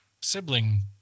sibling